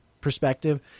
perspective